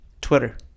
Twitter